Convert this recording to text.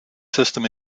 system